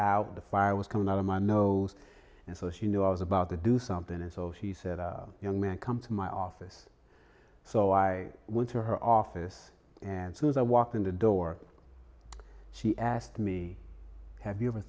out the fire was coming out of my nose and so she knew i was about to do something and so she said young man come to my office so i went to her office and so as i walked in the door she asked me have you ever